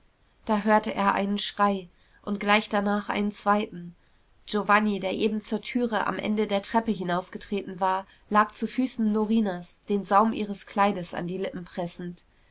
da hörte er einen schrei und gleich danach einen zweiten giovanni der eben zur türe am ende der treppe herausgetreten war lag zu füßen norinas den saum ihres kleides an die lippen pressend